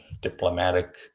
diplomatic